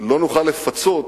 לא נוכל לפצות